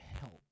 help